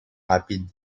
rapide